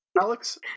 Alex